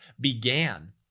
began